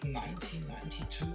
1992